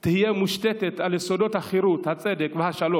תהא מושתתת על יסודות החירות, הצדק והשלום,